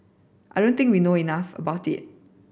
I do not think we know enough about it